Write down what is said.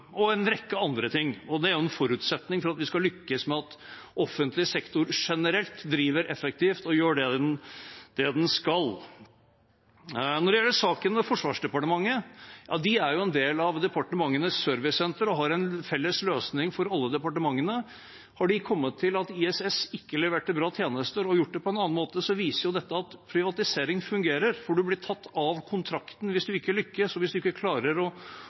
og en rekke andre ting. Og det er en forutsetning for at vi skal lykkes, at offentlig sektor generelt driver effektivt og gjør det den skal. Når det gjelder saken med Forsvarsdepartementet: De er en del av departementenes servicesenter, som har en felles løsning for alle departementene. Har de kommet til at ISS ikke leverte bra tjenester, og har gjort det på en annen måte, viser det at privatisering fungerer, for man blir tatt av kontrakten hvis man ikke lykkes og ikke klarer å